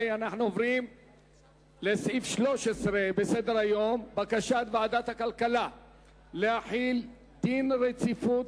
אנחנו עוברים לסעיף 13 בסדר-היום: בקשת ועדת הכלכלה להחיל דין רציפות